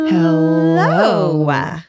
hello